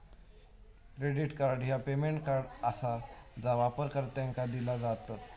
credit card ह्या payment card आसा जा वापरकर्त्यांका दिला जात